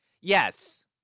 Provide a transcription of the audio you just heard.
Yes